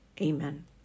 Amen